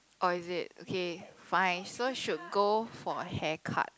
oh is it okay fine so should go for a haircut